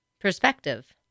Perspective